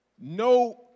no